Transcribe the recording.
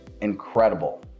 incredible